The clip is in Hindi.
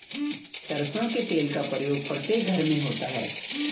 सरसों के तेल का प्रयोग प्रत्येक घर में होता है